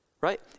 Right